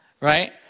Right